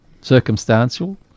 circumstantial